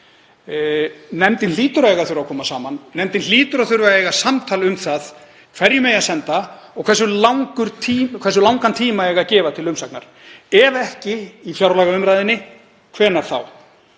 Nefndin hlýtur að eiga að þurfa að koma saman. Nefndin hlýtur að þurfa að eiga samtal um það hverjum eigi að senda beiðni og hversu langan tíma eigi að gefa til umsagnar. Ef ekki í fjárlagaumræðunni, hvenær þá?